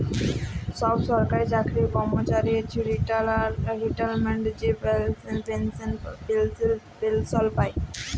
ছব সরকারি চাকরির কম্মচারি রিটায়ারমেল্টে যে পেলসল পায়